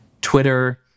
Twitter